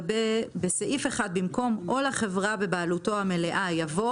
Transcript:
בסעיף 1 במקום 'או לחברה בבעלותו המלאה' יבוא